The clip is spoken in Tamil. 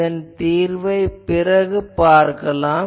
இதன் தீர்வை பிறகு பார்க்கலாம்